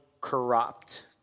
corrupt